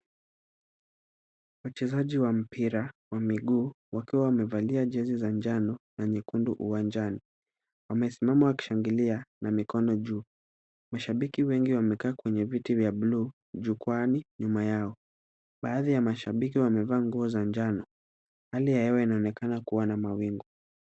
Wachezaji wa mpira wa miguu wakiwa wamevalia jezi za njano na nyekundu uwanjani, wamesimama wakishangilia na mikono juu . Mashabiki wengi wamekaa kwenye viti vya blue jukwaani nyuma yao. Baadhi ya mashabiki wamevaa nguo za njano hali ya hewa inaonekana kuwa na mawingu.